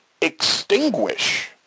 extinguish